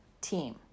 team